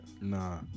Nah